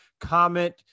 comment